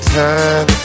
time